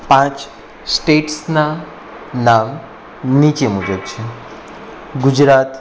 પાંચ સ્ટેટ્સના નામ નીચે મુજબ છે ગુજરાત